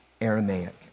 Aramaic